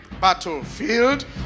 battlefield